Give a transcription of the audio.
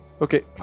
Okay